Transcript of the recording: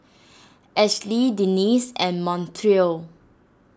Ashli Denice and Montrell